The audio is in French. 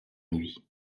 lui